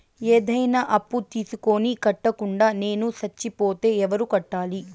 ఏదైనా అప్పు తీసుకొని కట్టకుండా నేను సచ్చిపోతే ఎవరు కట్టాలి?